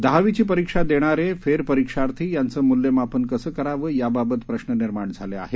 दहावीची परिक्षा देणारे फेरपरिक्षार्थी यांचं मुल्यमापन कसं करावं याबाबत प्रश्न निर्माण झाले आहेत